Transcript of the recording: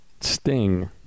Sting